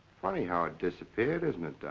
funny how it disappeared, isn't it,